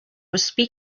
other